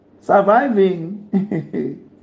Surviving